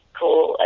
cool